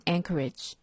Anchorage